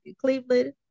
Cleveland